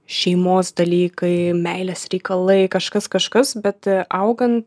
šeimos dalykai meilės reikalai kažkas kažkas bet augan